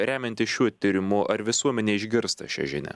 remiantis šiuo tyrimu ar visuomenė išgirsta šią žinią